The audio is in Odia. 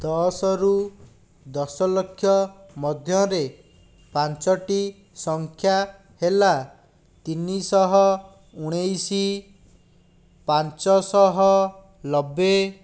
ଦଶ ରୁ ଦଶ ଲକ୍ଷ ମଧ୍ୟରେ ପାଞ୍ଚଟି ସଂଖ୍ୟା ହେଲା ତିନିଶହ ଉଣେଇଶି ପାଞ୍ଚଶହ ଲବେ